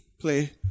Play